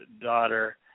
daughter